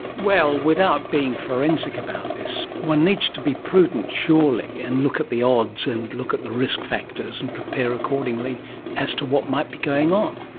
well, without being forensic about this, one needs to be prudent, surely, and look at the odds and look at the risk factors and prepare accordingly as to what might be going on.